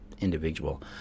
individual